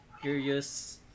curious